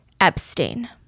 Epstein